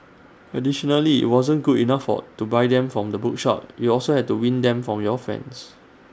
additionally IT wasn't good enough for to buy them from the bookshop you also had to win them from your friends